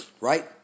Right